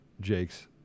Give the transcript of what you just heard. Jake's